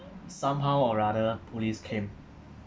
somehow or rather police came